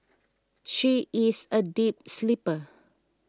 she is a deep sleeper